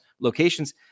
locations